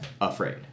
afraid